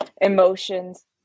emotions